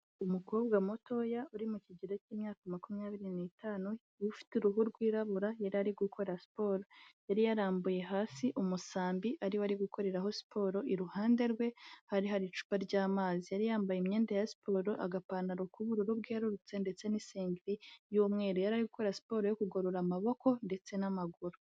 Umukobwa mutoya uri mu kigero cy'imyaka makumyabiri n'itanu ufite uruhu rwirabura yari ari gukora siporo yari yarambuye hasi umusambi ariwo ari gukoreho siporo, iruhande rwe hari hari icupa ry'amazi, yari yambaye imyenda ya siporo agapantaro k'ubururu bwerurutse ndetse n'isengeri y'umweru, yari ari gukora siporo yo kugorora amaboko ndetse n'amaguru.